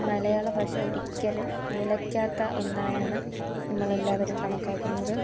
മലയാളഭാഷ ഒരിക്കലും നിലയ്ക്കാത്ത ഒന്നായാണ് നമ്മളെല്ലാവരും കണക്കാക്കുന്നത്